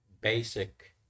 basic